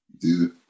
dude